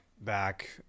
back